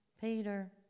Peter